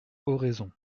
oraison